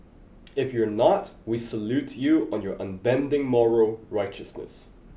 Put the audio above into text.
if you're not we salute you on your unbending moral righteousness